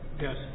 Yes